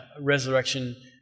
resurrection